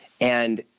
And-